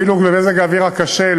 אפילו במזג האוויר הקשה,